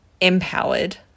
empowered